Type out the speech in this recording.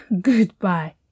goodbye